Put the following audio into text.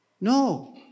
No